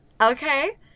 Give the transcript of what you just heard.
Okay